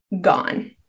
gone